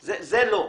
זה לא.